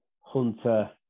hunter